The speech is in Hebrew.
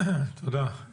תודה.